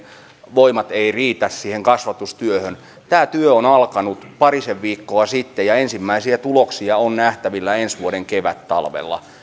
voimat eivät riitä siihen kasvatustyöhön tämä työ on on alkanut parisen viikkoa sitten ja ensimmäisiä tuloksia on nähtävillä ensi vuoden kevättalvella